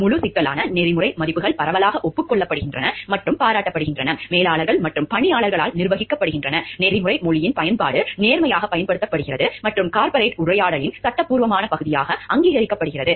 முழு சிக்கலான நெறிமுறை மதிப்புகள் பரவலாக ஒப்புக் கொள்ளப்படுகின்றன மற்றும் பாராட்டப்படுகின்றன மேலாளர்கள் மற்றும் பணியாளர்களால் நிர்வகிக்கப்படுகின்றன நெறிமுறை மொழியின் பயன்பாடு நேர்மையாகப் பயன்படுத்தப்படுகிறது மற்றும் கார்ப்பரேட் உரையாடலின் சட்டபூர்வமான பகுதியாக அங்கீகரிக்கப்படுகிறது